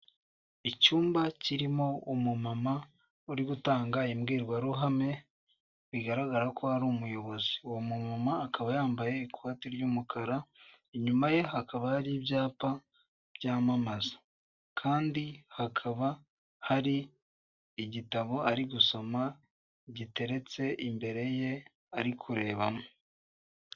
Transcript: Icyumba kirimo umumama uri gutanga imbwirwaruhame bigaragara ko ari umuyobozi uwo mumama akaba yambaye ikoti ry'umukara, inyuma ye hakaba hari ibyapa byamamaza kandi hakaba hari igitabo ari gusoma giteretse imbere ye ari kurebamo.